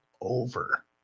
over